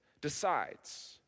decides